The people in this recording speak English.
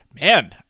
Man